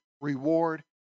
reward